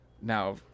now